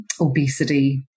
obesity